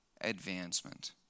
advancement